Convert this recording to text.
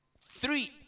three